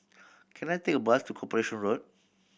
can I take a bus to Corporation Road